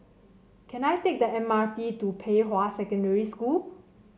can I take the M R T to Pei Hwa Secondary School